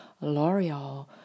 L'Oreal